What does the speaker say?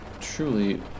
truly